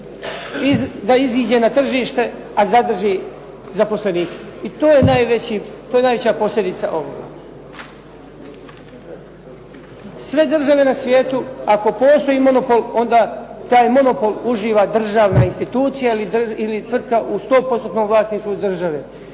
da iziđe na tržište, a da zadrži zaposlenike. I to je najveća posljedica ovoga. Sve države na svijetu ako postoji monopol, onda taj monopol uživa državna institucija ili tvrtka u 100%-om vlasništvu države.